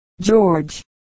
George